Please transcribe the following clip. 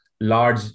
large